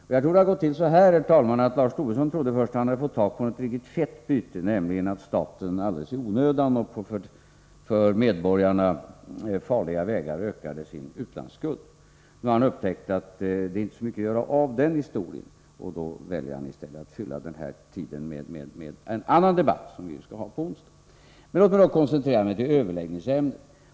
Jag tror att det har gått till på så sätt, herr talman, att Lars Tobisson först trodde att han hade fått tag på ett riktigt fett byte, nämligen att staten alldeles i onödan och på för medborgarna farliga vägar ökade sin utlandsskuld. Nu har han upptäckt att det inte går att göra så mycket av den historien, och då väljer han i stället att fylla tiden med en annan debatt, en debatt som vi skall ha på onsdag. Låt mig koncentrera mig på överläggningsämnet.